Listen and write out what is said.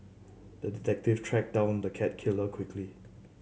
the detective tracked down the cat killer quickly